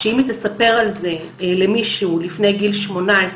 שאם היא תספר על זה למישהו לפני גיל 18,